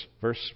verse